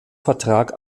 vertrag